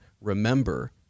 remember